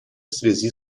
связи